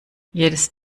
jedes